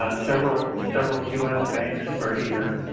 ah several several u s. banks are here.